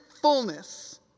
fullness